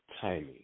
timing